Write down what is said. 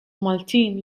maltin